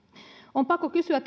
on pakko kysyä